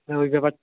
হ্যাঁ ওই ব্যাপার